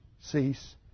cease